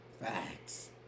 Facts